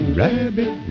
rabbit